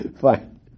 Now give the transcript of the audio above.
fine